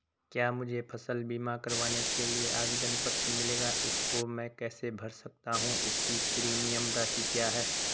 क्या मुझे फसल बीमा करवाने के लिए आवेदन पत्र मिलेगा इसको मैं कैसे भर सकता हूँ इसकी प्रीमियम राशि क्या है?